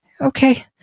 Okay